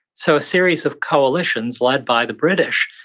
so a series of coalitions, led by the british,